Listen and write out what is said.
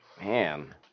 Man